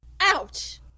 Ouch